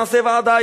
נעשה ועדה,